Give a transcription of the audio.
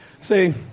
See